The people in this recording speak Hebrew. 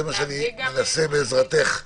זה מה שאני מנסה בעזרתך לעשות.